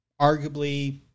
arguably